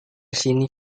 sini